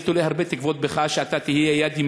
אני תולה בך הרבה תקוות, שאתה תהיה יד ימיננו.